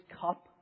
cup